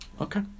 Okay